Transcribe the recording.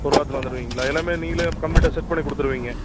ஒரு வாரத்தில் வந்துடுவீங்களா எல்லாமே நீங்களே கம்ப்ளீட்டாக செட் பண்ணி கொடுத்துருவீங்க